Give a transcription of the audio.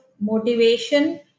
motivation